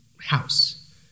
house